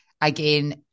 again